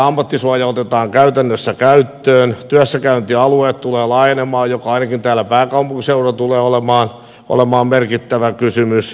ammattisuoja otetaan käytännössä käyttöön työssäkäyntialueet tulevat laajenemaan mikä ainakin täällä pääkaupunkiseudulla tulee olemaan merkittävä kysymys